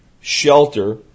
shelter